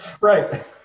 Right